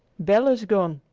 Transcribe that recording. bel is gone!